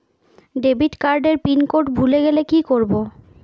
Debit card এর pin code ভুলে গেলে কি করব?